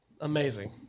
amazing